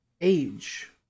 Age